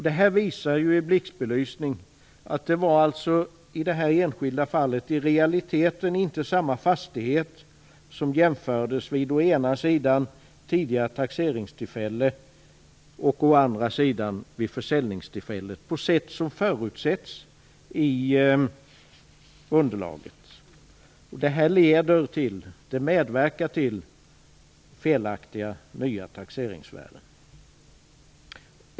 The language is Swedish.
Detta visar i blixtbelysning att det i detta enskilda fall i realiteten inte var samma fastighet som jämfördes vid å ena sidan tidigare taxeringstillfälle och å andra sidan försäljningstillfället, på sätt som förutsätts i underlaget. Det medverkar till felaktiga nya taxeringsvärden.